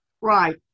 Right